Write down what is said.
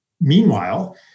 Meanwhile